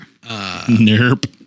Nerp